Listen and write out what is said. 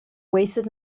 wasted